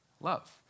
love